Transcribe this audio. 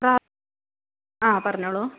ട്രാ ആ പറഞ്ഞോളു